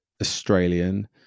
Australian